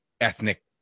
ethnic